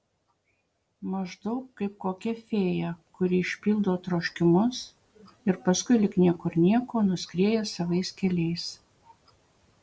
maždaug kaip kokia fėja kuri išpildo troškimus ir paskui lyg niekur nieko nuskrieja savais keliais